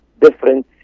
different